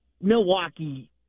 Milwaukee